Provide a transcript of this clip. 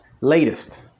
latest